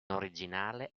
originale